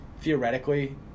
theoretically